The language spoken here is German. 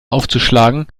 aufzuschlagen